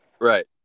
Right